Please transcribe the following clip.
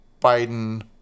Biden